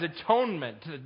atonement